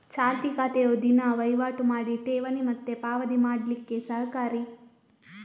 ಚಾಲ್ತಿ ಖಾತೆಯು ದಿನಾ ವೈವಾಟು ಮಾಡಿ ಠೇವಣಿ ಮತ್ತೆ ಪಾವತಿ ಮಾಡ್ಲಿಕ್ಕೆ ಸಹಕಾರಿ